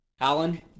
Alan